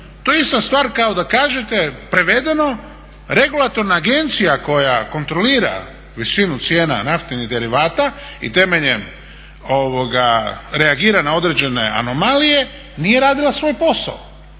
To je ista stvar kao da kažete prevedeno, regulatorna agencija koja kontrolira visinu cijena naftnih derivata i temeljem reagira na određene anomalije, nije radila svoj posao